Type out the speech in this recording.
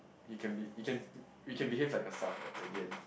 it can be it can you can behave like yourself at again